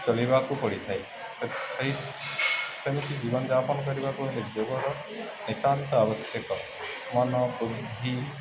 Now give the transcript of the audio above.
ଚଲିବାକୁ ପଡ଼ିଥାଏ ସେଇ ସେମିତି ଜୀବନ ଯାପନ କରିବାକୁ ଯୋଗ ନିତାନ୍ତ ଆବଶ୍ୟକ ମନ ବୃଦ୍ଧି